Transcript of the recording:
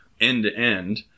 end-to-end